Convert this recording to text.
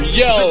yo